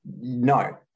no